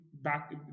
back